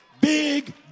Big